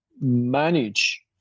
manage